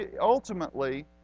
ultimately